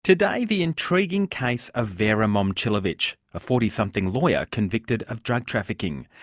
today the intriguing case of vera momcilovic, a forty something lawyer convicted of drug trafficking.